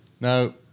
No